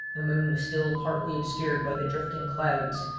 the moon was still partly obscured by the drifting clouds,